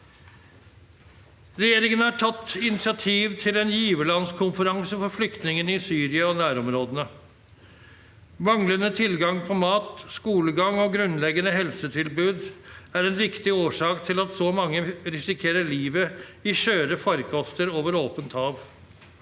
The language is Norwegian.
Regjeringen har tatt initiativ til en giverlandskonferanse for flyktningene i Syria og i nærområdene. Manglende tilgang på mat, skolegang og grunnleggende helsetilbud er en viktig årsak til at så mange risikerer livet i skjøre farkoster over åpent hav.